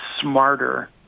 smarter